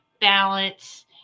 balance